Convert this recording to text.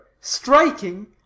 striking